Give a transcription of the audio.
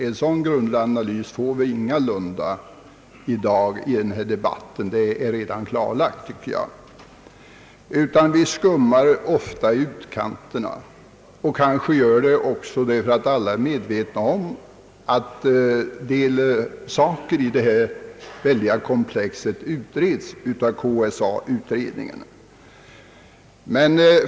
En sådan grundlig analys får vi ingalunda genom dagens debatt — det tycker jag redan är uppenbart — utan vi skummar i utkanterna, kanske därför att alla är medvetna om att åtskilliga frågor i detta väldiga komplex redan utreds av KSA-utredningen.